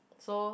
so